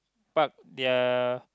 park their